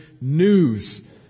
news